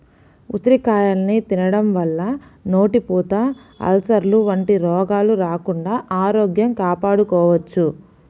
ఉసిరికాయల్ని తినడం వల్ల నోటిపూత, అల్సర్లు వంటి రోగాలు రాకుండా ఆరోగ్యం కాపాడుకోవచ్చు